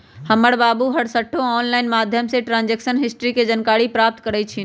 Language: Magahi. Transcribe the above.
हमर बाबू हरसठ्ठो ऑनलाइन माध्यमें से ट्रांजैक्शन हिस्ट्री के जानकारी प्राप्त करइ छिन्ह